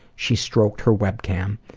she stroked her webcam.